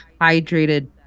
hydrated